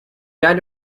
died